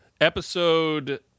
episode